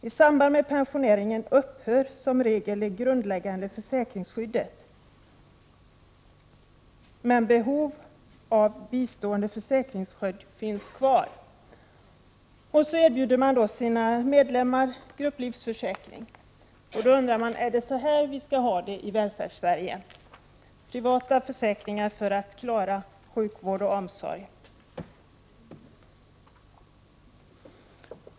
I samband med pensioneringen upphör som regel det grundläggande försäkringsskyddet. Men behov av vidstående försäkringsskydd finns kvar. Så erbjuder PRO sina medlemmar grupplivförsäkring. Man frågar: Är det så här vi skall ha det i Välfärdssverige — privata försäkringar för att klara sjukvård och omsorg?